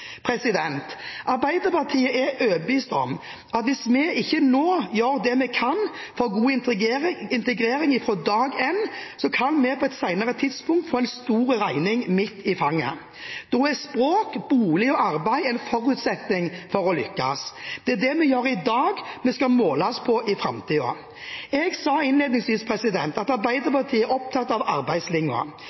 Arbeiderpartiet er overbevist om at hvis vi ikke nå gjør det vi kan for god integrering fra dag én, kan vi på et senere tidspunkt få en stor regning i fanget. Da er språk, bolig og arbeid en forutsetning for å lykkes. Det er det vi gjør i dag, vi skal måles på i framtiden. Jeg sa innledningsvis at Arbeiderpartiet er opptatt av